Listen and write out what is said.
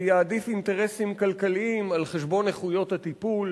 זה יעדיף אינטרסים כלכליים על חשבון איכויות הטיפול.